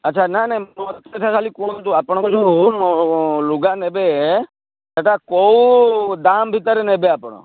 ଆଚ୍ଛା ନା ନା ମୋତେ ଖାଲି କୁହନ୍ତୁ ଆପଣଙ୍କ ଯେଉଁ ଲୁଗା ନେବେ ସେଇଟା କେଉଁ ଦାମ୍ ଭିତରେ ନେବେ ଆପଣ